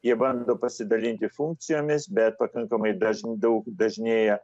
jie bando pasidalinti funkcijomis bet pakankamai dažn daug dažnėja